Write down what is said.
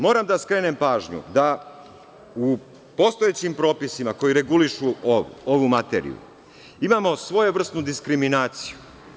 Moram da skrenem pažnju da u postojećim propisima koji regulišu ovu materiju imamo svojevrsnu diskriminaciju.